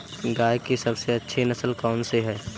गाय की सबसे अच्छी नस्ल कौनसी है?